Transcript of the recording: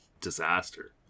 disaster